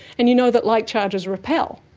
and you know that like charges repel.